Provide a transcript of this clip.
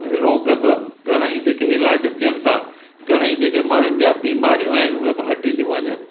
रोग बि घणाई जेके इलाजु थियनि था घणेई जेके माण्हुनि जा बीमारियूं आहिनि उहे बि हटी थियूं वञनि